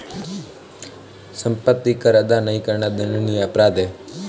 सम्पत्ति कर अदा नहीं करना दण्डनीय अपराध है